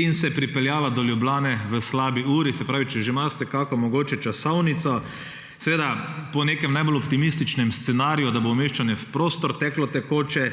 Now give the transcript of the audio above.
in se pripeljala do Ljubljane v slabi uri, ali že imate mogoče kakšno časovnico? Seveda po nekem najbolj optimističnem scenariju, da bo umeščanje v prostor teklo tekoče